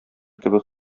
кебек